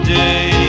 day